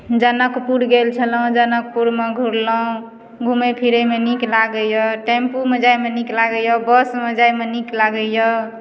जनकपुर गेल छलहुँ जनकपुरमे घुरलहुँ घुमय फिरयमे नीक लागइए टेम्पूमे जाइमे नीक लागइए बसमे जाइमे नीक लागइए